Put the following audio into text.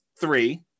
three